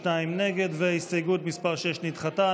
נגד, הסתייגות מס' 6 נדחתה.